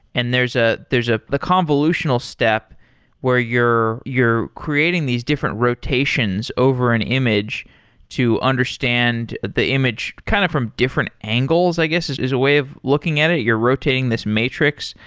and there's ah there's ah the convolutional step where you're you're creating these different rotations over an image to understand the image kind of different angles, i guess, is is a way of looking at it. you're rotating this metrics.